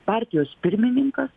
partijos pirmininkas